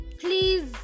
Please